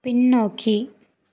பின்னோக்கி